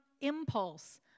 impulse